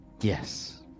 Yes